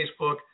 Facebook